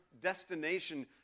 destination